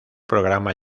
programa